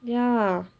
ya